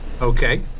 okay